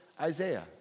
Isaiah